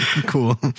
Cool